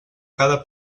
cada